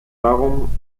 darum